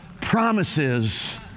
promises